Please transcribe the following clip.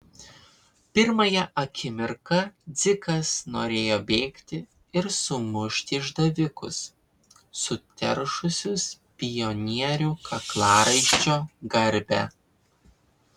pirmąją akimirką dzikas norėjo bėgti ir sumušti išdavikus suteršusius pionierių kaklaraiščio garbę